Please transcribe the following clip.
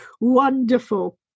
wonderful